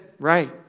right